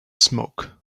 smoke